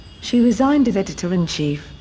she resigned as editor in chief,